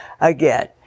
again